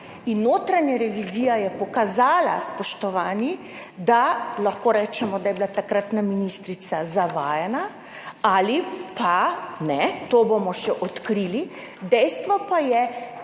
notranja revizija je pokazala, da lahko rečemo, da je bila takratna ministrica zavajana, ali pa ne, to bomo še odkrili. Dejstvo pa je,